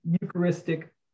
Eucharistic